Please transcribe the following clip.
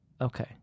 Okay